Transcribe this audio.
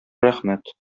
рәхмәт